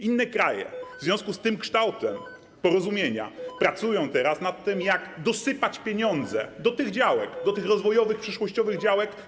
Inne kraje, w związku z tym kształtem porozumienia, pracują teraz nad tym, jak dosypać pieniądze z budżetu krajowego do tych rozwojowych, przyszłościowych działek.